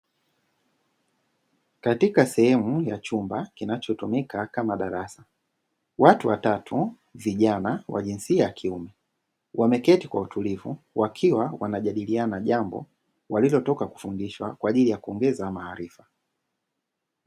Katika sehemu ya chumba kinachotumika kama darasa watu watatu vijana wa jinsia ya kiume wameketi kwa utulivu wakiwa wanajadiliana jambo walilotoka kufundishwa kwa ajili ya kuongeza maarifa.